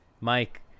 mike